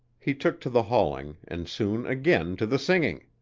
he took to the hauling, and soon again to the singing